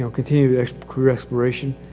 so continue their career exploration,